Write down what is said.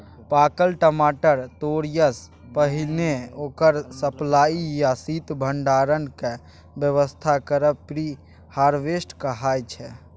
पाकल टमाटर तोरयसँ पहिने ओकर सप्लाई या शीत भंडारणक बेबस्था करब प्री हारवेस्ट कहाइ छै